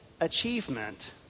achievement